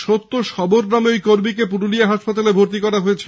সত্য সবর নামে ওই কর্মীকে পুরুলিয়া হাসপাতালে ভর্তি করা হয়েছে